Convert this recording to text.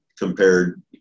compared